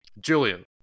Julian